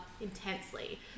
intensely